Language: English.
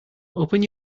open